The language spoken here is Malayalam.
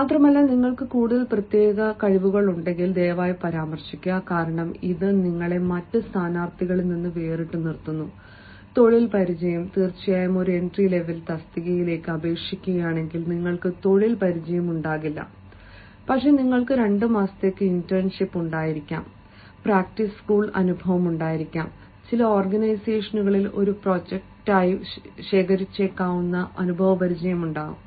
മാത്രമല്ല നിങ്ങൾക്ക് കൂടുതൽ പ്രത്യേക കഴിവുകൾ ഉണ്ടെങ്കിൽ ദയവായി പരാമർശിക്കുക കാരണം ഇത് നിങ്ങളെ മറ്റ് സ്ഥാനാർത്ഥികളിൽ നിന്ന് വേറിട്ടു നിർത്തുന്നു തൊഴിൽ പരിചയം തീർച്ചയായും ഒരു എൻട്രി ലെവൽ തസ്തികയിലേക്ക് അപേക്ഷിക്കുകയാണെങ്കിൽ നിങ്ങൾക്ക് തൊഴിൽ പരിചയം ഉണ്ടാകില്ല പക്ഷേ നിങ്ങൾക്ക് 2 മാസത്തേക്ക് ഇന്റേൺഷിപ്പ് ഉണ്ടായിരിക്കാം പ്രാക്ടീസ് സ്കൂൾ അനുഭവം ഉണ്ടായിരിക്കാം ചില ഓർഗനൈസേഷനുകളിൽ ഒരു പ്രോജക്റ്റായി ശേഖരിച്ചേക്കാവുന്ന അനുഭവപരിചയമുണ്ടായിരിക്കാം